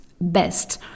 best